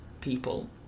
people